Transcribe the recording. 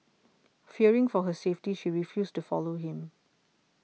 fearing for her safety she refused to follow him